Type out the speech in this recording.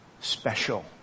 Special